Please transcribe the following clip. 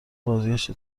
بازگشت